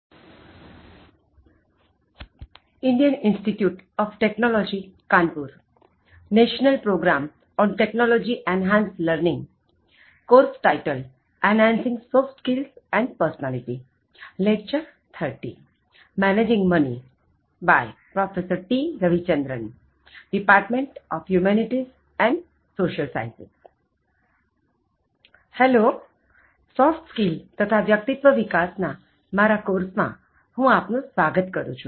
આ યુનિટ પૈસા ના વહિવટ માટે નું છે